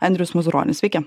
andrius mazuronis sveiki